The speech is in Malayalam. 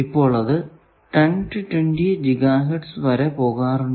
ഇപ്പോൾ അത് 10 20 ജിഗാ ഹേർട്സ് വരെ പോകാറുണ്ട്